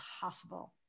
possible